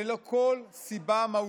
ללא כל סיבה מהותית,